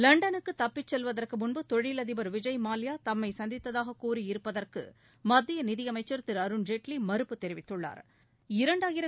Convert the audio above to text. லண்டனுக்கு தப்பிச் செல்வதற்கு முன்பு தொழிலதிபர் விஜய் மல்லையா தம்மை சந்தித்ததாக கூறியிருப்பதற்கு மத்திய நிதியமைச்சா் திரு அருண் ஜேட்லி மறுப்பு தெரிவித்துள்ளாா்